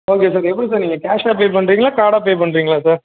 okay sir எப்படி sir நீங்கள் கேஷ்ஷாக பே பண்றிங்ளா கார்டாக பே பண்றிங்ளா சார்